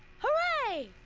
hooray!